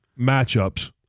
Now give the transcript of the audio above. matchups